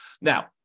Now